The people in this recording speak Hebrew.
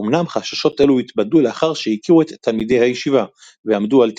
אמנם חששות אלו התבדו לאחר שהכירו את תלמידי הישיבה ועמדו על טיבם,